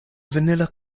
vanilla